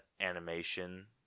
animation